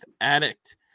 Addict